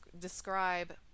describe